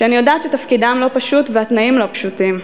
אני יודעת שתפקידם לא פשוט והתנאים לא פשוטים.